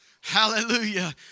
Hallelujah